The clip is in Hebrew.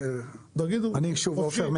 אני עופר,